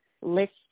LIST